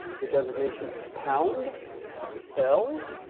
the designation for pound which is l,